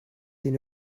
اینو